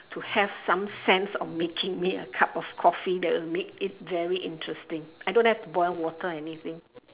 to have some sense of making me a cup of coffee that would make it very interesting I don't have to boil water or anything